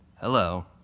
Hello